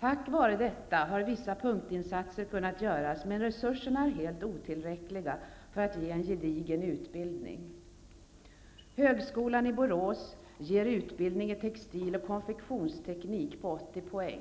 Tack vare detta har vissa punktinsatser kunnat göras, men resurserna är helt otillräckliga för att ge en gedigen utbildning. Högskolan i Borås ger utbildning i textil och konfektionsteknik på 80 poäng.